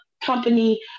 company